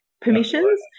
permissions